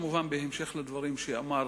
כמובן בהמשך הדברים שאמר